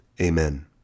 amen